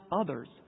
others